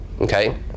Okay